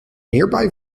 nearby